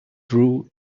through